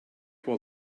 while